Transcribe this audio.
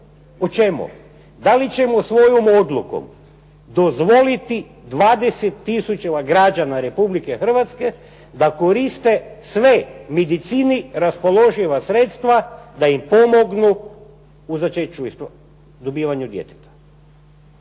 o čemu, da li ćemo svojom odlukom dozvoliti 20 tisuća građana Republike Hrvatske da koriste sva medicini raspoloživa sredstva da im pomognu u začeću, odnosno dobivanju djeteta.